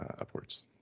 upwards